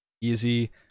Easy